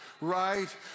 right